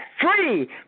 free